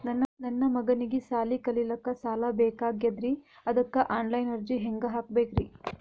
ನನ್ನ ಮಗನಿಗಿ ಸಾಲಿ ಕಲಿಲಕ್ಕ ಸಾಲ ಬೇಕಾಗ್ಯದ್ರಿ ಅದಕ್ಕ ಆನ್ ಲೈನ್ ಅರ್ಜಿ ಹೆಂಗ ಹಾಕಬೇಕ್ರಿ?